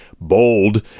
bold